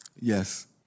Yes